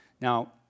Now